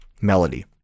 melody